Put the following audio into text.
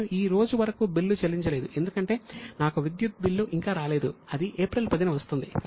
నేను ఈ రోజు వరకు బిల్లు చెల్లించలేదు ఎందుకంటే నాకు విద్యుత్ బిల్లు ఇంకా రాలేదు అది ఏప్రిల్ 10 న వస్తుంది